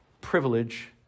privilege